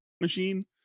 machine